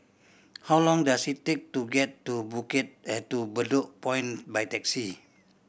how long does it take to get to Bedok Point by taxi